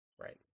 right